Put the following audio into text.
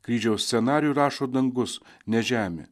kryžiaus scenarijų rašo dangus ne žemė